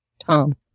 Tom